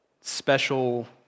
special